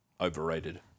overrated